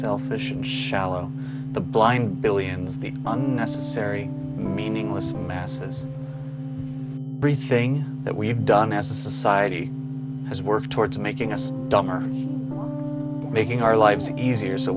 selfish and shallow the blind billions the unnecessary meaningless masses briefing that we've done as a society has worked towards making us dumber making our lives easier so